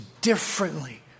differently